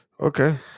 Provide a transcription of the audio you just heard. Okay